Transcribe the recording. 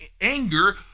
anger